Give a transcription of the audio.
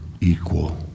equal